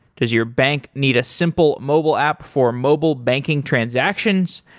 does your bank need a simple mobile app for mobile banking transactions?